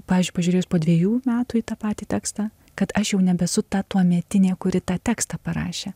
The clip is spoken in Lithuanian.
pavyzdžiui pažiūrėjus po dvejų metų į tą patį tekstą kad aš jau nebesu ta tuometinė kuri tą tekstą parašė